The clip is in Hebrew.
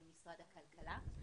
במשרד הכלכלה.